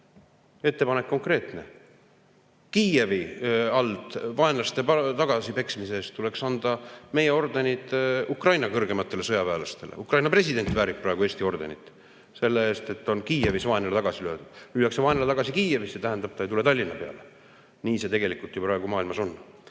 Ettepanek on konkreetne: Kiievi alt vaenlaste tagasipeksmise eest tuleks anda meie ordenid Ukraina kõrgematele sõjaväelastele. Ukraina president väärib praegu Eesti ordenit selle eest, et on Kiievist vaenlane tagasi löödud. Kui lüüakse vaenlane tagasi Kiievist, see tähendab, ta ei tule Tallinna peale. Nii see tegelikult ju praegu maailmas on.